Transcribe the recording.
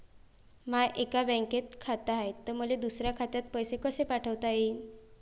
माय एका बँकेत खात हाय, त मले दुसऱ्या खात्यात पैसे कसे पाठवता येईन?